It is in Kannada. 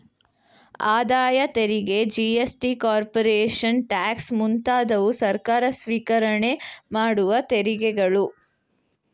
ಆದಾಯ ತೆರಿಗೆ ಜಿ.ಎಸ್.ಟಿ, ಕಾರ್ಪೊರೇಷನ್ ಟ್ಯಾಕ್ಸ್ ಮುಂತಾದವು ಸರ್ಕಾರ ಸ್ವಿಕರಣೆ ಮಾಡುವ ತೆರಿಗೆಗಳು